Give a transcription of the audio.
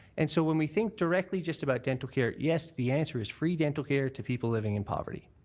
and so when we think directly just about dental care, yes, the answer is free dental care to people living in poverty.